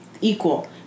equal